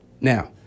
Now